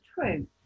true